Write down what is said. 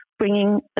bringing